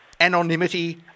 anonymity